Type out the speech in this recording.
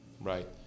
right